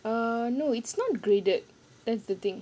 err no it's not graded that's the thing